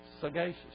sagacious